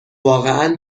واقعا